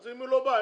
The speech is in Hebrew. אז אם הוא לא בא,